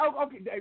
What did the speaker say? okay